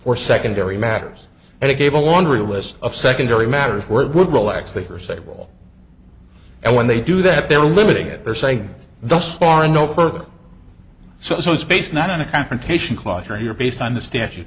for secondary matters and it gave a laundry list of secondary matters where it would relax they are stable and when they do that they're limiting it they're saying thus far no further so it's based not on a confrontation clause or here based on the statu